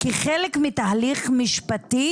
כחלק מתהליך משפטי?